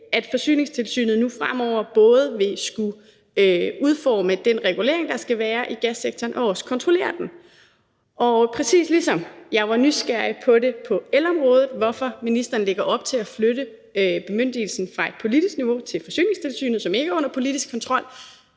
at Forsyningstilsynet nu fremover både vil skulle udforme den regulering, der skal være i gassektoren, og også vil skulle kontrollere den. Præcis ligesom jeg var nysgerrig på, hvorfor ministeren lægger op til at flytte bemyndigelsen på elområdet fra et politisk niveau til Forsyningstilsynet, som ikke er under politisk kontrol,